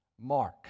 Mark